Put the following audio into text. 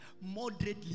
Moderately